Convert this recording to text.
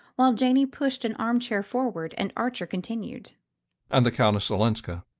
while janey pushed an arm-chair forward, and archer continued and the countess olenska.